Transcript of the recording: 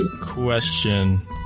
question